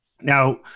Now